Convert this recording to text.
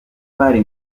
bari